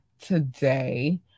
today